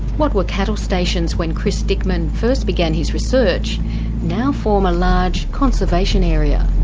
what were cattle stations when chris dickman first began his research now form a large conservation area.